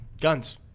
Guns